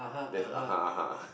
that's (uh huh) (uh huh)